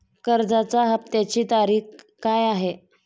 कर्जाचा हफ्त्याची तारीख काय आहे?